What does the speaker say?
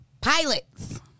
pilots